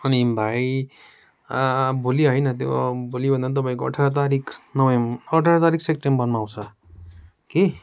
अनि भाइ भोलि होइन त्यो भोलि भन्दा पनि तपाईँको अठार तारिक नभेम् अठार तारिक सेक्टेम्बरमा आउँछ कि